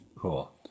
Cool